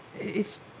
It's-